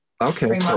Okay